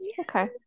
okay